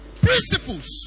Principles